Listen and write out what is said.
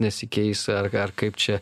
nesikeis ar kaip čia